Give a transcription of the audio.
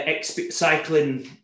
cycling